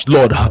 Lord